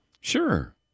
Sure